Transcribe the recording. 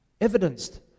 Evidenced